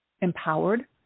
empowered